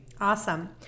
Awesome